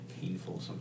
painful